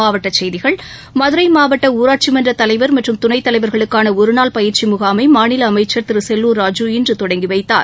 மாவட்ட செய்திகள் மதுரை மாவட்ட ஊராட்சி மன்ற தலைவர் மற்றும் துணைத் தலைவர்களுக்கான ஒருநாள் பயிற்சி முனமை மாநில அமைச்சர் திரு செல்லுர் ராஜூ இன்று தொடங்கி வைத்தார்